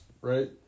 right